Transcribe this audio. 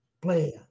player